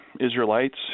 Israelites